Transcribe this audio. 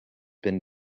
been